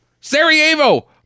Sarajevo